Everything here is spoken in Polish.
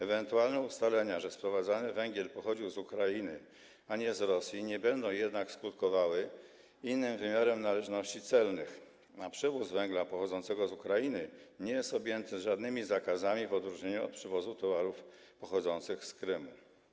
Ewentualne ustalenia, że sprowadzany węgiel pochodził z Ukrainy, a nie z Rosji, nie będą jednak skutkowały innym wymiarem należności celnych, a przywóz węgla pochodzącego z Ukrainy nie jest objęty żadnymi zakazami w odróżnieniu od przewozu towarów pochodzących z Krymu.